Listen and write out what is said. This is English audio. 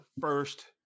first